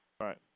Right